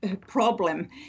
problem